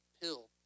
pill